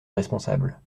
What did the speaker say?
responsable